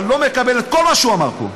אבל אני לא מקבל את כל מה שהוא אמר פה,